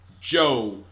Joe